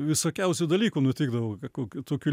visokiausių dalykų nutikdavo kokių tokių